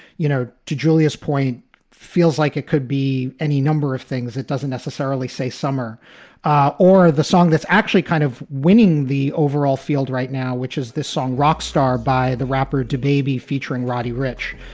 you know, to julia's point feels like it could be any number of things. it doesn't necessarily say summer ah or the song that's actually kind of winning the overall field right now, which is this song, rockstar by the rapper to baby featuring roddy rich.